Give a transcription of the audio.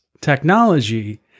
technology